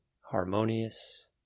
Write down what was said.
harmonious